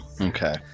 okay